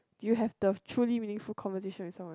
you have the truly meaningful conversation with someone